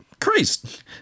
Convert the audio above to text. Christ